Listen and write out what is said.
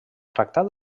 tractat